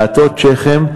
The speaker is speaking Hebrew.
להטות שכם,